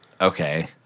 okay